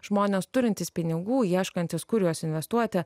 žmonės turintys pinigų ieškantys kur juos investuoti